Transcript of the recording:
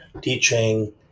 teaching